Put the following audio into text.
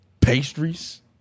Pastries